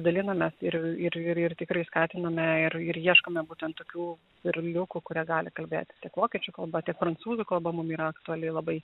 dalinamės ir ir ir ir tikrai skatiname ir ir ieškome būtent tokių perliukų kurie gali kalbėti vokiečių kalba tiek prancūzų kalba mum yra aktuali labai